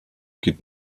geht